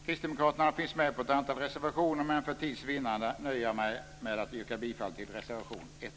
Kristdemokraterna finns med på ett antal reservationer, men för tids vinnande nöjer jag mig med att yrka bifall till reservation 1.